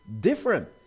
different